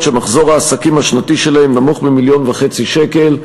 שמחזור העסקים השנתי שלהם נמוך מ-1.5 מיליון שקל,